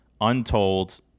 untold